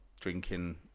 drinking